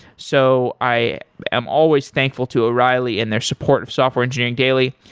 so i am always thankful to o'reilly in their support of software engineering daily.